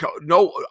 no